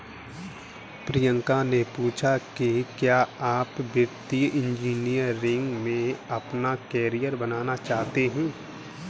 प्रियंका ने पूछा कि क्या आप वित्तीय इंजीनियरिंग में अपना कैरियर बनाना चाहते हैं?